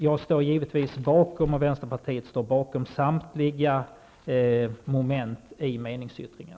Jag och vänsterpartiet står givetvis bakom samtliga moment i meningsyttringen.